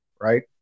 Right